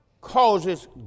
causes